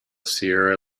sierra